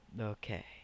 Okay